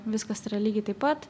viskas yra lygiai taip pat